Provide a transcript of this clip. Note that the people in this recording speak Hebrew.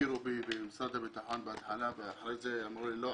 הכירו בי בהתחלה במשרד הביטחון ואחרי זה אמרו לי: לא,